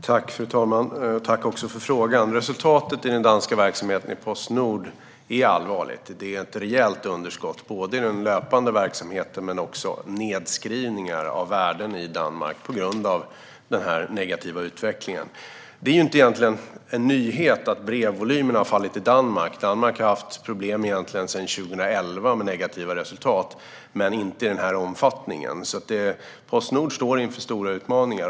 Fru talman! Jag tackar för frågan. Resultatet för den danska verksamheten i Postnord är allvarligt. Det är ett rejält underskott, både vad gäller den löpande verksamheten och nedskrivningar av värden i Danmark, på grund av denna negativa utveckling. Det är egentligen ingen nyhet att brevvolymerna har fallit i Danmark. Man har haft problem med negativa resultat sedan 2011 - om än inte i denna omfattning - och Postnord står inför stora utmaningar.